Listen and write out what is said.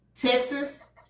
Texas